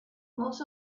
most